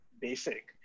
basic